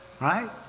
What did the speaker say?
right